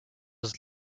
was